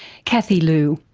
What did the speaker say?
kathy lu.